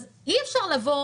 אז אי אפשר לבוא,